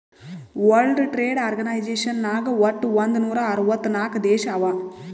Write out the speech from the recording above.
world trade organization ನಾಗ್ ವಟ್ ಒಂದ್ ನೂರಾ ಅರ್ವತ್ ನಾಕ್ ದೇಶ ಅವಾ